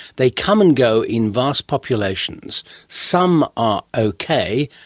they come and go in vast populations, some are okay,